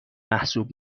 محسوب